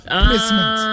placement